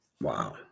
Wow